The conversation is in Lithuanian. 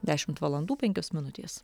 dešimt valandų penkios minutės